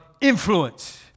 influence